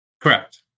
Correct